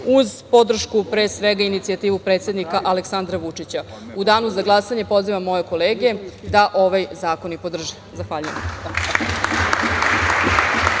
uz podršku, pre svega, inicijativu predsednika Aleksandra Vučića.U danu za glasanje pozivam moje kolege da ovaj zakon i podrže. Zahvaljujem.